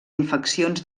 infeccions